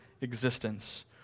existence